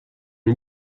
une